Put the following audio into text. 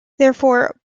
therefore